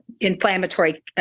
inflammatory